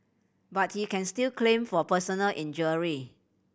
but he can still claim for personal injury